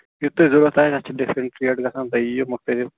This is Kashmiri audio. یہِ تہِ تۄہہِ ضرورت آسہِ اَتھ چھِ ڈِفریٚنٛٹ ریٹ گژھان تۄہہِ یی یہِ مختلف